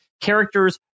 characters